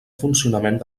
funcionament